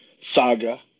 saga